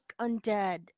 undead